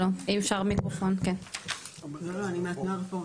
לא, לא אני מהתנועה הרפורמית.